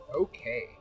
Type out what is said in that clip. Okay